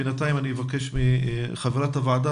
בינתיים אני אבקש מחברת הוועדה,